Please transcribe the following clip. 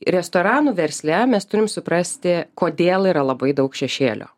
restoranų versle mes turim suprasti kodėl yra labai daug šešėlio